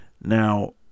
now